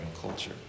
culture